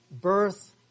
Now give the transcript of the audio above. birth